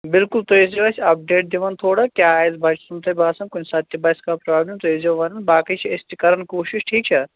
بِلکُل تُہۍ ٲسۍ زیٚو اَسہِ اَپ ڈیٹ دِوَان تھوڑا کیٛاہ آسہِ بَچہِ سُنٛد تۄہہِ باسان کُنہِ ساتہٕ تہِ باسہِ کانٛہہ پرابلِم تُہۍ ٲسۍ زیٚو وَن باقٕے چھِ أسۍ تہِ کران کوٗشِش ٹھیٖک چھا